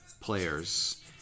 players